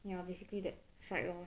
ya basically that side lor